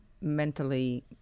mentally